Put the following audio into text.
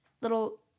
little